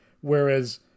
whereas